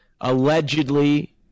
allegedly